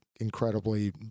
incredibly